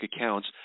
accounts